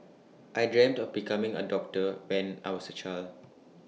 I dreamt of becoming A doctor when I was A child